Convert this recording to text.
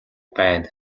байна